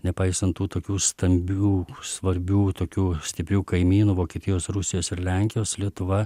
nepaisant tų tokių stambių svarbių tokių stiprių kaimynų vokietijos rusijos ir lenkijos lietuva